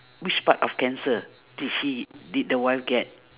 which part of cancer did she did the wife get